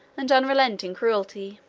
and unrelenting cruelty.